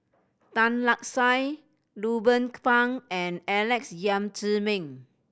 Tan Lark Sye Ruben Pang and Alex Yam Ziming